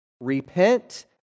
Repent